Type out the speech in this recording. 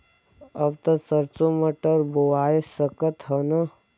अब त सरसो मटर बोआय सकत ह न?